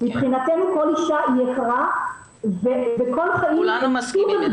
מבחינתנו כל אישה יקרה וכל חיים --- קדושים.